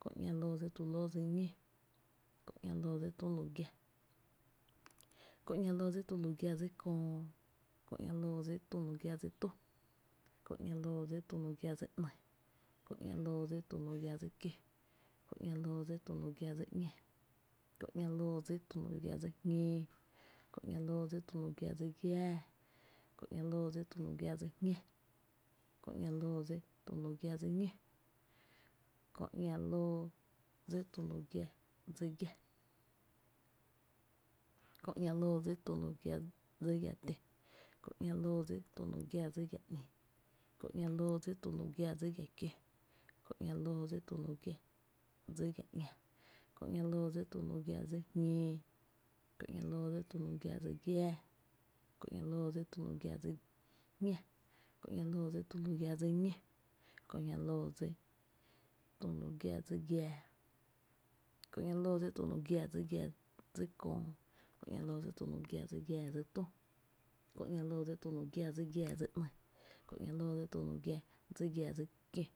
Kö ´ña loo dsi tu lóó dsi ñó, Kö ´ña loo dsi tu lu giⱥ, Kö ´ña loo dsi tu lu giⱥ dsi köö, Kö ´ña loo dsi tu lu giⱥ dsi tü, Kö ´ña loo dsi tu lu giⱥ dsi ‘ny, Kö ´ña loo dsi tu lu giⱥ dsi kiö, Kö ´ña loo dsi tu lu giⱥ dsi ‘ña, Kö ´ña loo dsi tu lu giⱥ dsi jñóo, Kö ´ña loo dsi tu lu giⱥ dsi giⱥá, Kö ´ña loo dsi tu lu giⱥ dsi jñá, Kö ´ña loo dsi tu lu giⱥ dsi ‘ñó, Kö ´ña loo dsi tu lu giⱥ dsi giⱥ, Kö ´ña loo dsi tu lu giⱥ dsi giⱥ kiää, Kö ´ña loo dsi tu lu giⱥ dsi giⱥ tö, Kö ´ña loo dsi tu lu giⱥ dsi giⱥ ‘ni, Kö ´ña loo dsi tu lu giⱥ dsi giⱥ kiö, Kö ´ña loo dsi tu lu giⱥ dsi giⱥ ‘ñá, Kö ´ña loo dsi tu lu giⱥ dsi giⱥ jñóó, Kö ´ña loo dsi tu lu giⱥ dsi giⱥ giáa, Kö ´ña loo dsi tu lu giⱥ dsi giⱥ jñá, Kö ´ña loo dsi tu lu giⱥ dsi giⱥ ñó, Kö ´ña loo dsi tu lu giⱥ dsi giⱥⱥ, Kö ´ña loo dsi tu lu giⱥ dsi giⱥⱥ dsi köö, Kö ´ña loo dsi tu lu giⱥ dsi giⱥⱥ dsi tü, Kö ´ña loo dsi tu lu giⱥ dsi giⱥⱥ dsi ´ny, Kö ´ña loo dsi tu lu giⱥ dsi giⱥⱥ dsi kiö